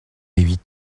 huit